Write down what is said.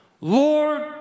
Lord